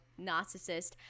narcissist